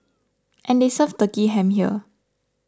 and they serve Turkey Ham here